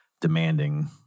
demanding